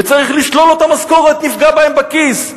וצריך לשלול לו את המשכורת, נפגע בהם בכיס.